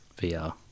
VR